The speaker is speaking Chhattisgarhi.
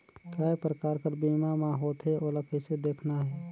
काय प्रकार कर बीमा मा होथे? ओला कइसे देखना है?